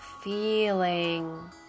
Feeling